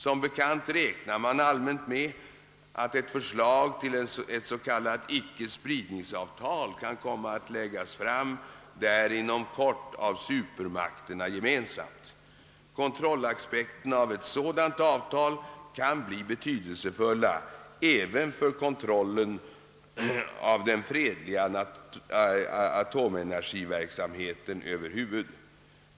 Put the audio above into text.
Som bekant räknar man allmänt med att ett förslag till ett s.k. icke-spridningsavtal kan komma att läggas fram där inom kort av supermakterna gemensamt. Kontrollaspekterna av ett sådant avtal kan bli betydelsefulla även för kontrollen av den fredliga atomenergiverksamheten över huvud.